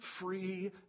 free